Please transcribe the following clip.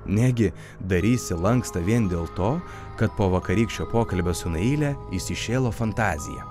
negi darysi lankstą vien dėl to kad po vakarykščio pokalbio su naile įsišėlo fantazija